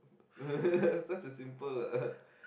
it's just a simple uh